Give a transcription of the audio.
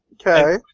Okay